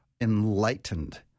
enlightened